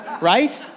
right